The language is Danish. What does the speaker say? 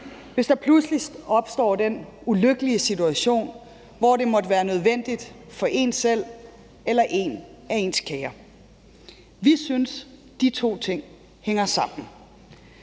hvis der pludselig opstår den ulykkelige situation, hvor det måtte være nødvendigt for en selv eller en af ens kære. Vi synes, de to ting hænger sammen.